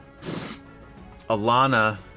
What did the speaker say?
Alana